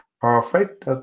perfect